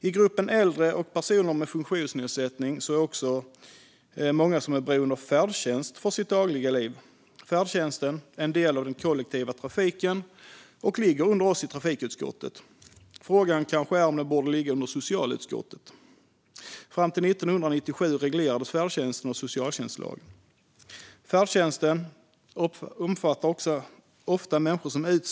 I gruppen äldre och personer med funktionsnedsättning finns många som är beroende av färdtjänst för sitt dagliga liv. Färdtjänsten är en del av den kollektiva trafiken och ligger under oss i trafikutskottet, men frågan är om den borde ligga under socialutskottet. Fram till 1997 reglerades färdtjänsten av socialtjänstlagen. Färdtjänsten omfattar ofta utsatta människor.